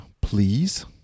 please